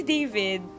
David